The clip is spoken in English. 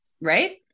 Right